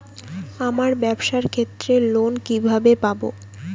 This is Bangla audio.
আমার ব্যবসার ক্ষেত্রে লোন কিভাবে পাব?